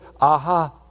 aha